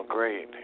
Great